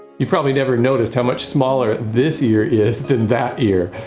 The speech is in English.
you probably never noticed how much smaller this ear is than that ear.